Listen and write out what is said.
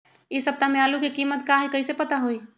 इ सप्ताह में आलू के कीमत का है कईसे पता होई?